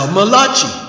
Malachi